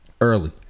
Early